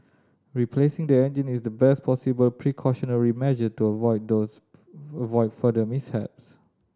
replacing the engine is the best possible precautionary measure to avoid those avoid further mishaps